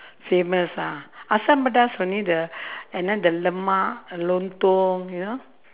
famous ah asam-pedas only the and then the lemak uh lontong you know